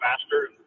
faster